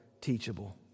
teachable